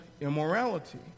immorality